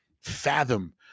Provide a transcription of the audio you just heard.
fathom